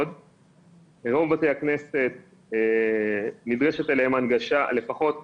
ברוב בתי הכנסת נדרשת אליהם הנגשה, לפחות ,